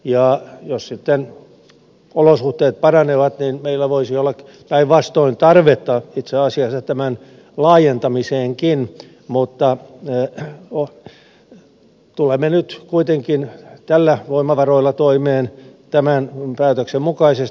jos sitten olosuhteet paranevat niin meillä voisi olla päinvastoin tarvetta itse asiassa tämän laajentamiseenkin mutta tulemme nyt kuitenkin näillä voimavaroilla toimeen tämän päätöksen mukaisesti